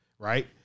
Right